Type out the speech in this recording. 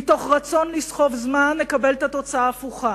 מתוך רצון לסחוב זמן, נקבל את התוצאה ההפוכה.